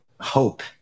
hope